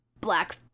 black